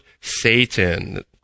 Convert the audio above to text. Satan